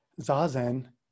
zazen